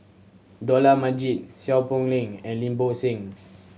Dollah Majid Seow Poh Leng and Lim Bo Seng